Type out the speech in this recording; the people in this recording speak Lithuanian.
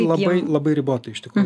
labai labai ribotai iš tikrųjų